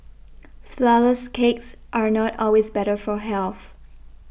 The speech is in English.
Flourless Cakes are not always better for health